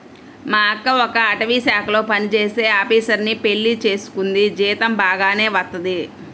మా అక్క ఒక అటవీశాఖలో పనిజేసే ఆపీసరుని పెళ్లి చేసుకుంది, జీతం బాగానే వత్తది